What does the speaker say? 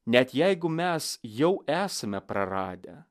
net jeigu mes jau esame praradę